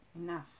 Enough